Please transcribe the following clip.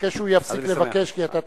אתה מבקש שהוא יפסיק לבקש, כי אתה תסכים.